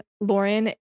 Lauren